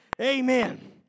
Amen